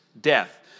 death